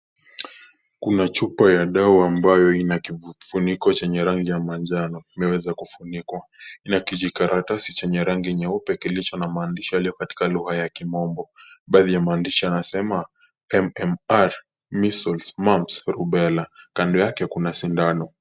Kuna chupa ya dawa ambayo inakifuniko chenye rangi ya manjano, imeweza kufunikwa. Ina kijikaratasi chenye rangi nyeupe kilicho namaanisha yaliyo katika lugha ya Kimombo. Baadhi ya maandishi yanasema, MMR Measles, Mumps, Rubella. Kando yake kuna sindano.